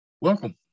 welcome